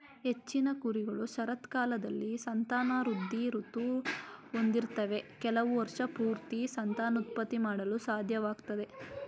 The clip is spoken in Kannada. ಹೆಚ್ಚಿನ ಕುರಿಗಳು ಶರತ್ಕಾಲದಲ್ಲಿ ಸಂತಾನವೃದ್ಧಿ ಋತು ಹೊಂದಿರ್ತವೆ ಕೆಲವು ವರ್ಷಪೂರ್ತಿ ಸಂತಾನೋತ್ಪತ್ತಿ ಮಾಡಲು ಸಾಧ್ಯವಾಗ್ತದೆ